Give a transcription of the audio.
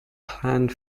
planned